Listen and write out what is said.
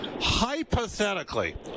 hypothetically